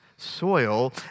soil